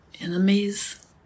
enemies